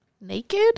naked